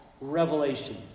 Revelation